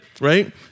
right